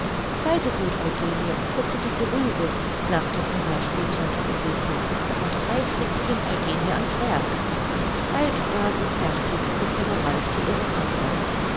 sei so gut eugenie und putze diese rübe sagte z b tante ulrike und eifrig ging eugenie an's werk bald war sie fertig und überreichte ihre arbeit